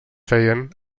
feien